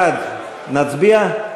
של קבוצת סיעת יש עתיד לסעיף 17 לא נתקבלה.